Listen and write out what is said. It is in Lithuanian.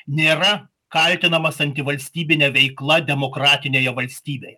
nėra kaltinamas antivalstybine veikla demokratinėje valstybėj